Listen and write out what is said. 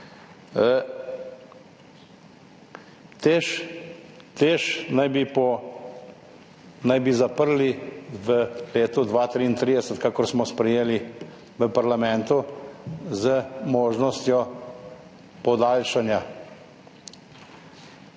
Teš naj bi zaprli v letu 2033, kakor smo sprejeli v parlamentu, z možnostjo podaljšanja.